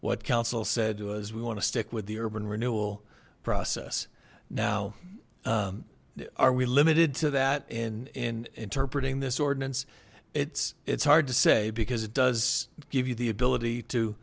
what council said was we want to stick with the urban renewal process now are we limited to that in in interpreting this ordinance it's it's hard to say because it does give you the ability to